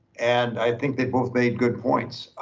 and i think they both made good points.